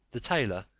the tailor,